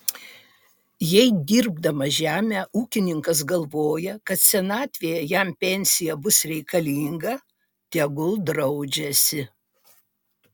jei dirbdamas žemę ūkininkas galvoja kad senatvėje jam pensija bus reikalinga tegul draudžiasi